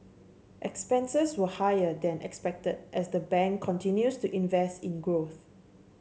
expenses were higher than expected as the bank continues to invest in growth